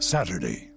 Saturday